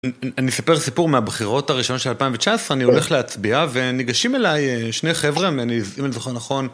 אני אספר סיפור מהבחירות הראשונות של 2019, אני הולך להצביע וניגשים אליי שני חבר'ה, אם אני זוכר נכון.